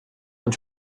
und